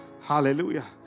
Hallelujah